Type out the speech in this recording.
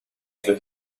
for